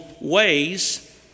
ways